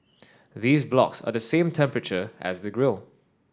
these blocks are the same temperature as the grill